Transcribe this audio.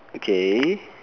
okay